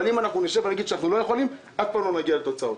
אבל אם אנחנו נשב ונגיד שאנחנו לא יכולים אף פעם לא נגיע לתוצאות.